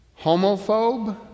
Homophobe